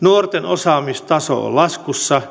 nuorten osaamistaso on laskussa